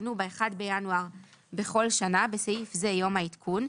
יעודכנו ב-1 בינואר בכל שנה (בסעיף זה יום העדכון),